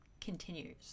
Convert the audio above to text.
continues